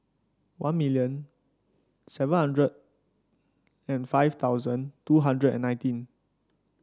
one million seven hundred and five thousand two hundred and nineteen